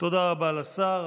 תודה רבה לשר.